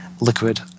liquid